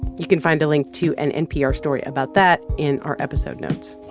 you can find a link to an npr story about that in our episode notes